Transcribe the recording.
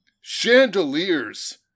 chandeliers